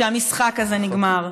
שהמשחק הזה נגמר.